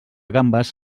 gambes